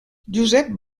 josep